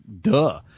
duh